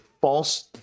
false